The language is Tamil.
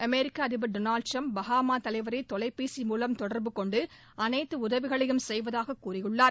அமெரிக்க அதிபர் திரு டொனால்டு டிரம்ப் பகாமா தலைவரை தொலைபேசி மூலம் தொடர்பு கொண்டு அனைத்து உதவிகளையும் செய்வதாக கூறியுள்ளார்